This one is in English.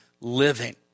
living